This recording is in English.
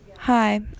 hi